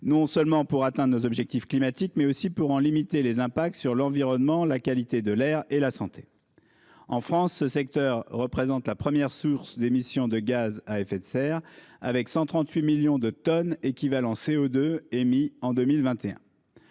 non seulement pour atteindre nos objectifs climatiques, mais aussi pour en limiter les effets sur l'environnement, la qualité de l'air et la santé. En France, ce secteur est la première source d'émissions de gaz à effet de serre, avec 138 millions de tonnes équivalent CO2 émis en 2021.